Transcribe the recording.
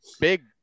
big